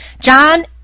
John